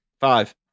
five